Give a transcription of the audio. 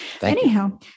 Anyhow